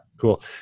cool